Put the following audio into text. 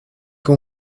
com